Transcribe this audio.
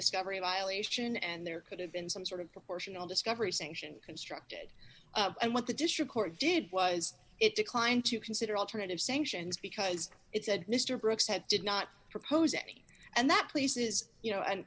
discovery violation and there could have been some sort of proportional discovery sanction constructed and what the district court did was it declined to consider alternative sanctions because it said mr brooks had did not propose any and that pleases you know and